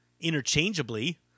interchangeably